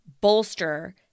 bolster